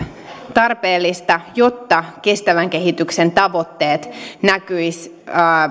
tarpeellista jotta kestävän kehityksen tavoitteet näkyisivät